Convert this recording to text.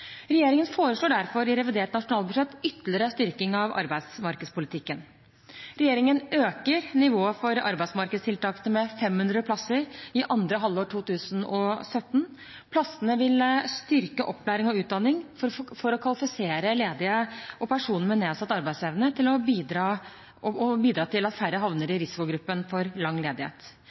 Regjeringen foreslår derfor i revidert nasjonalbudsjett en ytterligere styrking av arbeidsmarkedspolitikken. Regjeringen øker nivået for arbeidsmarkedstiltakene med 500 plasser i andre halvår 2017. Plassene vil styrke opplæring og utdanning for å kvalifisere ledige og personer med nedsatt arbeidsevne og bidra til at færre havner i risikogruppen for lang ledighet.